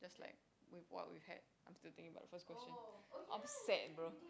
that's like we what we had I'm still thinking about the first question upset bro